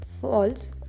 false